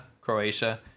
croatia